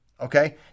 Okay